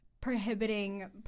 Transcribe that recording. prohibiting